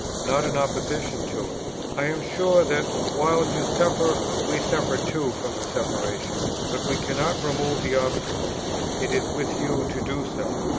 not in opposition to it. i am sure, that, while you suffer, we suffer too from the separation but we cannot remove the obstacles it is with you to do so.